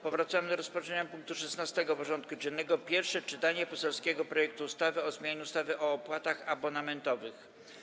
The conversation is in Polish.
Powracamy do rozpatrzenia punktu 16. porządku dziennego: Pierwsze czytanie poselskiego projektu ustawy o zmianie ustawy o opłatach abonamentowych.